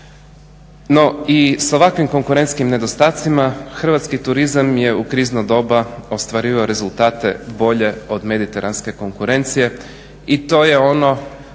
No i s ovakvim konkurentskim nedostacima hrvatski turizam je u krizno doba ostvarivao rezultate bolje od mediteranske konkurencije i to je ono